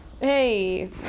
hey